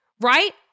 right